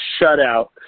shutout